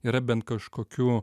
yra bent kažkokių